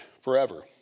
forever